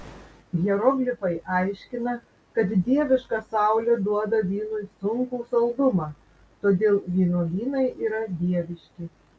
hieroglifai aiškina kad dieviška saulė duoda vynui sunkų saldumą todėl vynuogynai yra dieviški